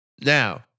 Now